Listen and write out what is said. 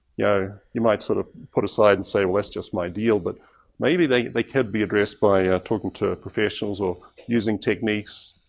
you know, you might sort of put aside and say, well, that's just my deal, but maybe they they could be addressed by talking to professionals or using techniques,